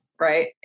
Right